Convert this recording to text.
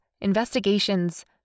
investigations